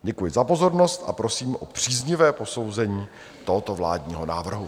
Děkuji za pozornost a prosím o příznivé posouzení tohoto vládního návrhu.